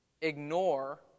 ignore